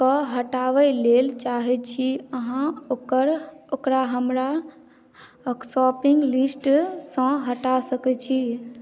के हटाबै लेल चाहै छी अहाॅं ओकरा हमरा शॉपिंग लिस्ट सँ हटा सकै छी